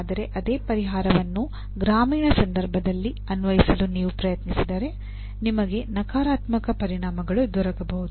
ಆದರೆ ಅದೇ ಪರಿಹಾರವನ್ನು ಗ್ರಾಮೀಣ ಸಂದರ್ಭದಲ್ಲಿ ಅನ್ವಯಿಸಲು ನೀವು ಪ್ರಯತ್ನಿಸಿದರೆ ನಿಮಗೆ ನಕಾರಾತ್ಮಕ ಪರಿಣಾಮಗಳು ದೊರಕಬಹುದು